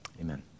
amen